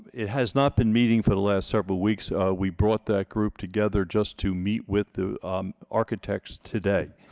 it has not been meeting for the last several weeks we brought that group together just to meet with the architects today